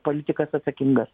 politikas atsakingas